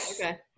Okay